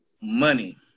money